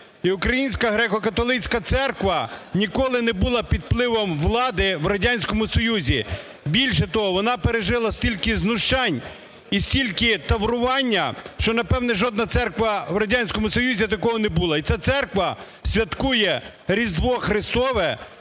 Українська Греко-Католицька церква ніколи не була під впливом влади в Радянському Союзі. Більше того, вона пережила скільки знущань і стільки таврування, що напевне жодна церква в Радянському Союзі такого не була. І ця церква святкує Різдво Христове